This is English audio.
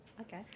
Okay